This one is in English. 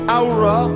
aura